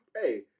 Hey